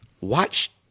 watch